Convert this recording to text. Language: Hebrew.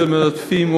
יותר מלטפים,